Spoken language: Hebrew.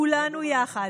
כולנו יחד,